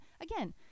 again